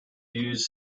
use